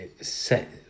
set